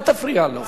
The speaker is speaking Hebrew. אל תפריע לו.